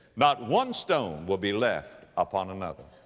not one stone will be left upon another.